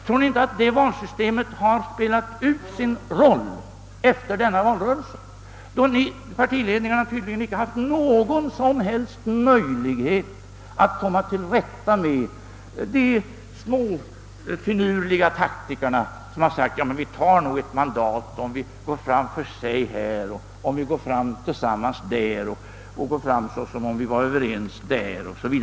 Tror ni inte att detta valsystem har spelat ut sin roll efter denna valrörelse, då partiledningarna tydligen inte haft någon som helst möjlighet att komma till rätta med de småfinurliga taktikerna, som sagt sig att det nog är möjligt att ta ett mandat om man går fram ensam här och om man går fram tillsammans där, och om man går fram som om man vore överens där o. s. v.?